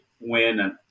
win